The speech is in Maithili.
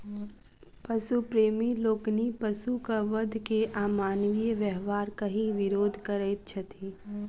पशु प्रेमी लोकनि पशुक वध के अमानवीय व्यवहार कहि विरोध करैत छथि